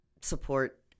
support